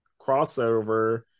crossover